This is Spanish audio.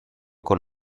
con